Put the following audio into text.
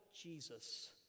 Jesus